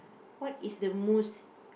what is the most